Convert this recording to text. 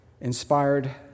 inspired